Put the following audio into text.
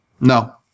No